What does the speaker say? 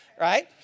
right